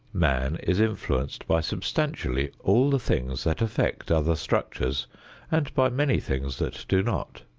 man is influenced by substantially all the things that affect other structures and by many things that do not.